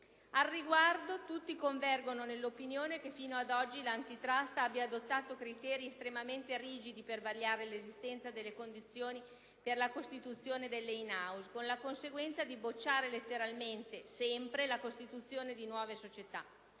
Al riguardo, tutti convergono nell'opinione che fino ad oggi l'Antitrust abbia adottato criteri estremamente rigidi per vagliare l'esistenza delle condizioni per la costituzione delle strutture *in* *house*, con la conseguenza di "bocciare" letteralmente, sempre, la costituzione di nuove società.